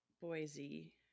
Boise